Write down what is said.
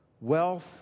wealth